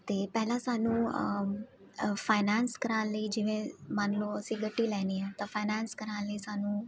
ਅਤੇ ਪਹਿਲਾਂ ਸਾਨੂੰ ਫਾਈਨੈਂਸ ਕਰਵਾਉਣ ਲਈ ਜਿਵੇਂ ਮੰਨ ਲਓ ਅਸੀਂ ਗੱਡੀ ਲੈਣੀ ਆ ਤਾਂ ਫਾਈਨੈਂਸ ਕਰਵਾਉਣ ਲਈ ਸਾਨੂੰ